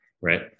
right